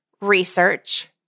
research